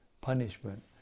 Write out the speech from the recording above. Punishment